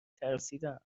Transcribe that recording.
ترسیدم